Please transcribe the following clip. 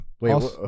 wait